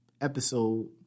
episode